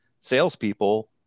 salespeople